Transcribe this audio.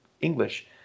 english